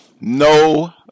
No